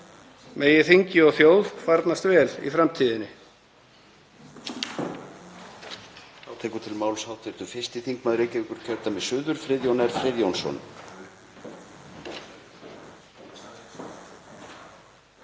Megi þingi og þjóð farnast vel í framtíðinni.